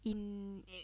in eh